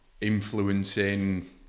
influencing